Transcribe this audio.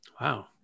Wow